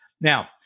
Now